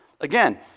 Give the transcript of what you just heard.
Again